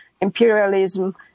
imperialism